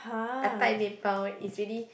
is really